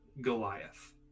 Goliath